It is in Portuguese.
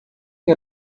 que